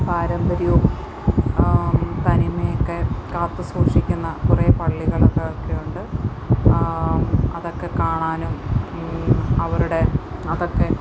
പാരമ്പര്യവും തനിമയൊക്കെ കാത്തുസൂക്ഷിക്കുന്ന കുറേ പള്ളികളും ഒക്കെ ഉണ്ട് അതൊക്കെ കാണാനും അവരുടെ അതൊക്കെ